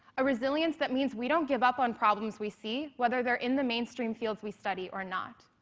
a resilience that means we don't give up on problems we see, whether they're in the mainstream fields we study or not,